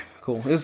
cool